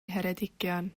ngheredigion